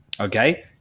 Okay